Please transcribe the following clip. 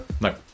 No